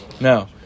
Now